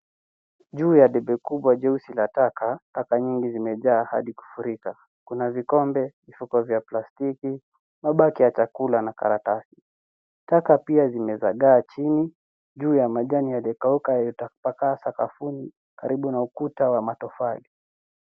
Juu ya debe kubwa jeusi la taka, taka nyingi zimejaa hadi kufurika. Kuna vikombe, mifuko vya plastiki, mabaki ya chakula na karatasi. Taka pia zimezagaa chini, juu ya majani yaliyokauka yatapakaa sakafuni karibu na ukuta wa matofali.